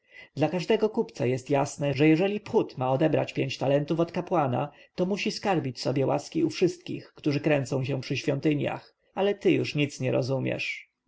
dla każdego kupca jest jasne że jeżeli phut ma odebrać pięć talentów od kapłana to musi skarbić sobie łaski u wszystkich którzy kręcą się przy świątyniach ale ty już nic nie rozumiesz